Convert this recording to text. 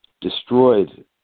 destroyed